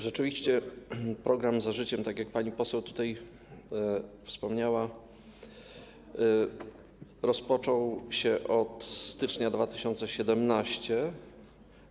Rzeczywiście program „Za życiem”, tak jak pani poseł tutaj wspomniała, rozpoczął się od stycznia 2017 r.